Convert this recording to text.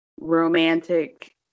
romantic